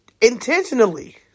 intentionally